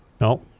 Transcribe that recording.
No